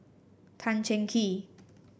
Tan Cheng Kee